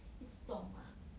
一直动 mah